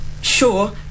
sure